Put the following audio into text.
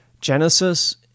Genesis